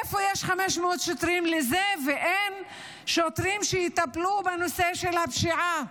מאיפה יש 500 שוטרים לזה ואין שוטרים שיטפלו בנושא של הפשיעה?